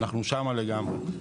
אנחנו שם, לגמרי.